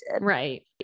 Right